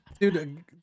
dude